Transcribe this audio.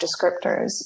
descriptors